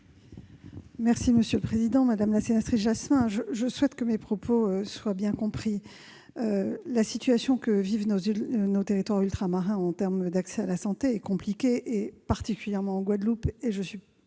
du Gouvernement ? Madame la sénatrice, je souhaite que mes propos soient bien compris. La situation que vivent nos territoires ultramarins en termes d'accès à la santé est compliquée, particulièrement en Guadeloupe.